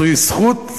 זוהי זכות,